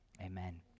Amen